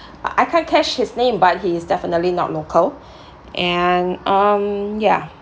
uh I can't catch his name but he is definitely not local and um yeah